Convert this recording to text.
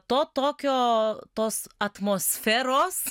to tokio tos atmosferos